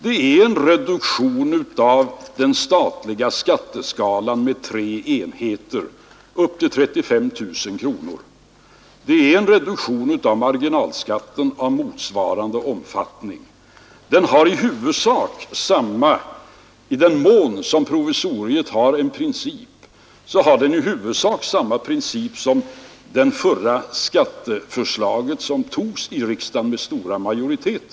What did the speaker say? Jag föreslår en reduktion av den statliga skatteskalan med tre enheter upp till 35 000 kronor och en reduktion av marginalskatten av motsvarande omfattning. I den mån som provisoriet har en princip, är det i huvudsak samma princip som i det förra skatteförslaget, som riksdagen antog med stor majoritet.